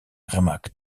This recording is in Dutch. gemaakt